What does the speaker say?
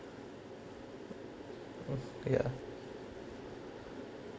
mm ya